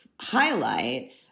highlight